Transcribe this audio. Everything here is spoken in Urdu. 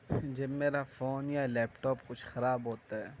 جب میرا فون یا لیپٹاپ کچھ خراب ہوتا ہے